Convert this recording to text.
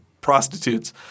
prostitutes